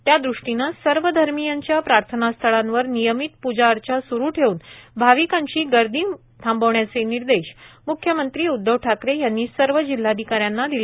यादृष्टीने सर्व धर्मियांच्या प्रार्थनास्थळांवर नियमित प्जा अर्चा स्रु ठेव्न भाविकांची गर्दी मात्र थांबविण्याचे निर्देश म्ख्यमंत्री उद्धव ठाकरे यांनी सर्व जिल्हाधिकाऱ्यांना दिले